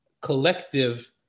collective